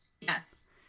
Yes